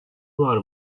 var